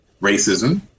racism